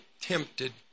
tempted